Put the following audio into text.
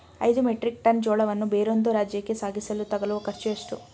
ಐದು metric ton ಜೋಳವನ್ನು ಬೇರೊಂದು ರಾಜ್ಯಕ್ಕೆ ಸಾಗಿಸಲು ತಗಲುವ ಖರ್ಚು ಎಷ್ಟು?